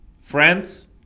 Friends